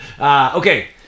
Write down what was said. Okay